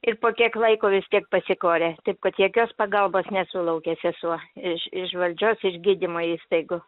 ir po kiek laiko vis tiek pasikorė taip kad jokios pagalbos nesulaukė sesuo iš iš valdžios iš gydymo įstaigų